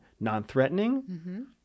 non-threatening